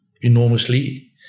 enormously